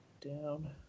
Down